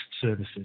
services